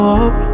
up